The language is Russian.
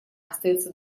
остается